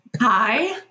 Hi